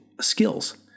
skills